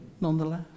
nonetheless